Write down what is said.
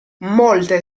molte